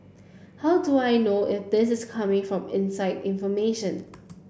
how do I know if this is coming from inside information